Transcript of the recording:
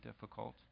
difficult